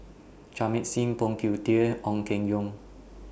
Jamit Singh Phoon Yew Tien Ong Keng Yong